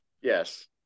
Yes